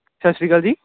ਸਤਿ ਸ਼੍ਰੀ ਅਕਾਲ ਜੀ